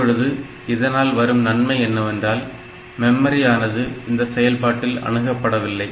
இப்பொழுது இதனால் வரும் நன்மை என்னவென்றால் மெமரி ஆனது இந்த செயல்பாட்டில் அனுப்பப்படவில்லை